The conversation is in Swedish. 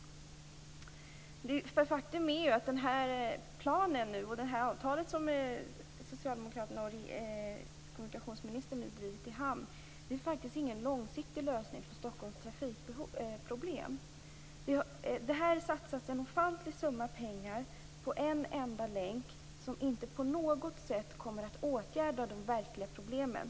Faktum är att planen och avtalet som Socialdemokraterna och kommunikationsministern har drivit i hamn inte är en långsiktig lösning för Stockholms trafikproblem. Det har satsats en ofantlig summa på en enda länk som inte på något sätt kommer att åtgärda de verkliga problemen.